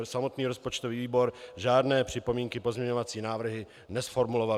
Samotný rozpočtový výbor žádné připomínky, pozměňovací návrhy nezformuloval.